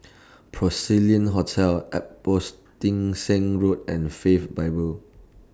Porcelain Hotel Road and Faith Bible